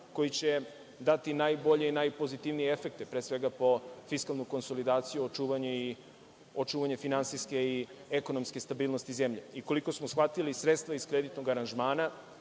koji će dati najbolje i najpozitivnije efekte, pre svega, po fiskalnu konsolidaciju, očuvanju finansijske i ekonomske stabilnosti zemlje. Koliko smo shvatili, sredstva iz kreditnog aranžmana